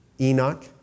Enoch